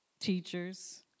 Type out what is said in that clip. teachers